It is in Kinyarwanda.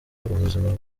ubuzima